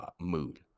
mood